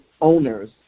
owners